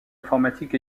informatiques